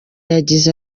yagize